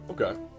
Okay